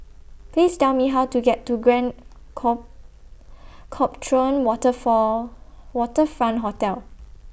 Please Tell Me How to get to Grand call Copthorne Water For Waterfront Hotel